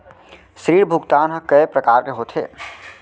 ऋण भुगतान ह कय प्रकार के होथे?